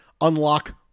unlock